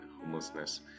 homelessness